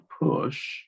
push